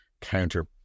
counter